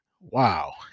Wow